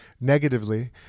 negatively